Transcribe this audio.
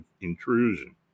intrusion